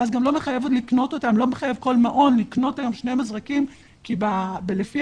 ואז גם לא מחייב כל מעון לקנות היום שני מזרקים כי לפי